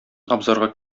абзарга